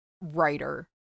writer